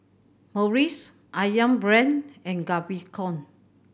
Morries Ayam Brand and Gaviscon